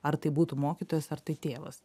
ar tai būtų mokytojas ar tai tėvas